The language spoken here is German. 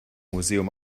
museum